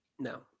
No